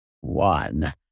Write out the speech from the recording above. one